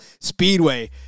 Speedway